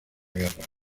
guerra